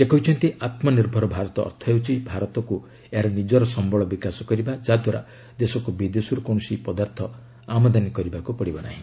ସେ କହିଛନ୍ତି ଆତ୍ମନିର୍ଭର ଭାରତ ଅର୍ଥ ହେଉଛି ଭାରତକୁ ଏହାର ନିଜର ସମ୍ଭଳ ବିକାଶ କରିବା ଯାଦ୍ୱାରା ଦେଶକୁ ବିଦେଶରୁ କୌଣସି ପଦାର୍ଥ ଆମଦାନୀ କରିବାକୁ ପଡିବ ନାହିଁ